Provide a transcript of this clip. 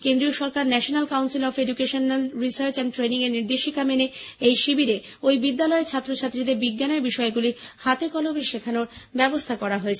কেন্দ্রীয় সরকারের national council of educational research and training এর নির্দেশিকা মেনে এই শিবিরে ওই বিদ্যালয়ের ছাত্র ছাত্রীদের বিজ্ঞানের বিষয় গুলি হাতে কলমে শেখানোর ব্যবস্থা হয়েছে